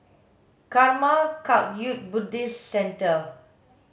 Karma Kagyud Buddhist Centre